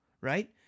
right